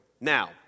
Now